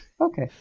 Okay